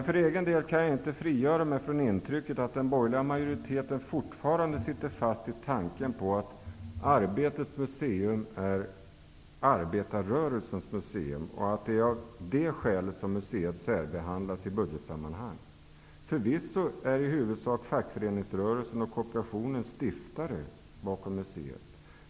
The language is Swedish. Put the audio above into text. För egen del kan jag inte frigöra mig från intrycket att den borgerliga majoriteten fortfarande sitter fast i tanken att Arbetets museum är arbetarrörelsens museum och att det är av det skälet som museet särbehandlas i budgetsammanhang. Fackföreningsrörelsen och kooperationen är förvisso stiftare av museet.